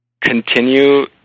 continue